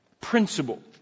Principle